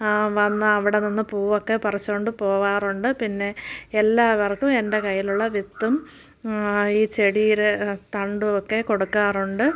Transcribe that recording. ആ വന്ന് അവിടെ നിന്ന് പൂവൊക്കെ പറിച്ച് കൊണ്ടു പോകാറുണ്ട് പിന്നെ എല്ലാവർക്കും എൻ്റെ കയ്യിലുള്ള വിത്തും ഈ ചെടിയുടെ തണ്ടും ഒക്കെ കൊടുക്കാറുണ്ട്